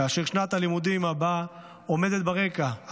כששנת הלימודים הבאה עומדת ברקע,